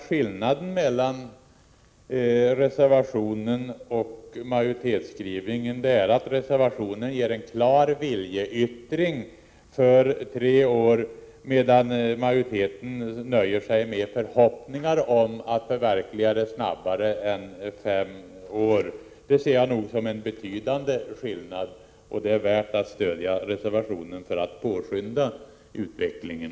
Skillnaden mellan reservationen och majoritetsskrivningen är att reservationen ger uttryck för en klar viljeyttring för tre år, medan majoriteten nöjer sig med en förhoppning om att målet skall uppnås tidigare än inom fem år. Detta anser jag vara en betydande skillnad. Det är värt att stödja reservationen för att påskynda utvecklingen.